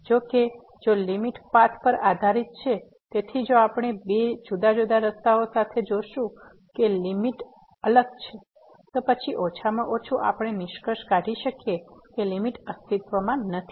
જો કે જો લીમીટ પાથ પર આધારીત છે તેથી જો આપણે બે જુદા જુદા રસ્તાઓ સાથે જોશું કે લીમીટ અલગ છે તો પછી ઓછામાં ઓછું આપણે નિષ્કર્ષ કાઢી શકીએ કે લીમીટ અસ્તિત્વમાં નથી